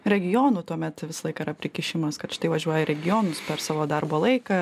regionų tuomet visąlaik yra prikišimas kad štai važiuoja į regionus per savo darbo laiką